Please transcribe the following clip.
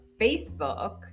Facebook